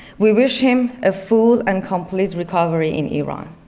we wish him a full and complete recovery in iran.